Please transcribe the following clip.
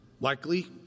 Likely